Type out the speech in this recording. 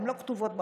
הן לא כתובות בחוק,